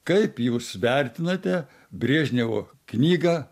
kaip jūs vertinate brežnevo knygą